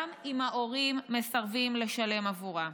גם אם ההורים מסרבים לשלם עבורה.